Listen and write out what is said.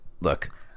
look